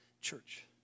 church